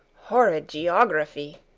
horrid geography!